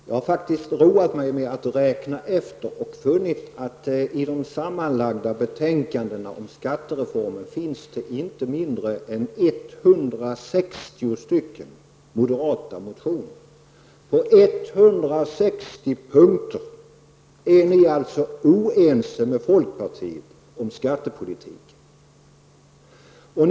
Jag har faktiskt roat mig med att räkna efter, Bo Lundgren, och funnit att det i de sammanlagda betänkandena om skattereformen finns inte mindre än 160 moderata motioner. På 160 punkter är ni alltså oense med folkpartiet om skattepolitiken.